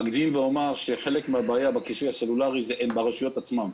אקדים ואומר שחלק מהבעיה בכיסוי הסלולרי היא ברשויות עצמן.